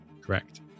Correct